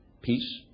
peace